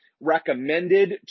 recommended